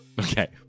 Okay